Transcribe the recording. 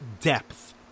depth